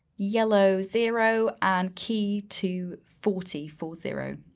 yellow zero, and key to forty, four zero